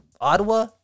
Ottawa